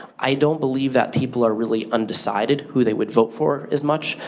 i don't believe that people are really undecided who they would vote for as much.